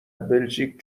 بلژیک